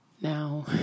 Now